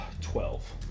twelve